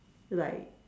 like